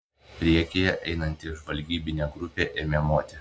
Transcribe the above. priekyje einanti žvalgybinė grupė ėmė moti